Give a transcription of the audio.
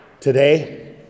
Today